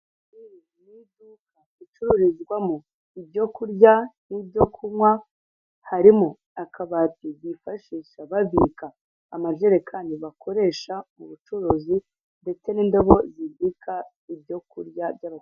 Iri ni iduka ricururizwamo ibyo kurya n'ibyo kunywa, harimo akabati bifashisha babika amajerekani bakoresha ubucuruzi ndetse n'indobo zibika ibyo kurya by'abakiliya.